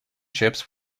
ships